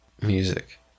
music